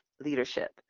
leadership